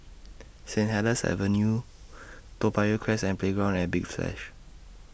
Saint Helier's Avenue Toa Payoh Crest and Playground At Big flash